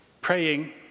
praying